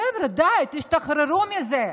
חבר'ה, די, תשחררו מזה.